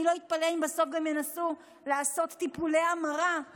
אני לא אתפלא אם בסוף גם ינסו לעשות טיפולי המרה,